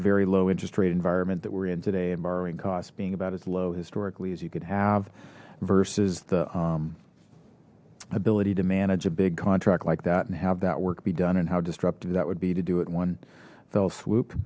very low interest rate environment that we're in today and borrowing costs being about it's low historically as you could have versus the ability to manage a big contract like that and have that work be done and how disruptive that would be to do it one fell swoop